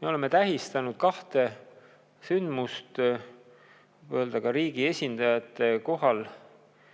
Me oleme tähistanud kahte sündmust, võib öelda, ka riigi esindajate